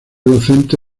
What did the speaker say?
docente